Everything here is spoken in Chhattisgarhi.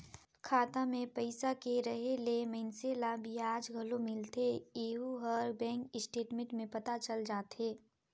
खाता मे पइसा के रहें ले मइनसे ल बियाज घलो मिलथें येहू हर बेंक स्टेटमेंट में पता चल जाथे